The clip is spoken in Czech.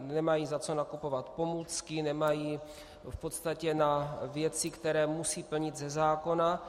Nemají za co nakupovat pomůcky, nemají v podstatě na věci, které musí plnit ze zákona.